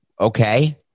Okay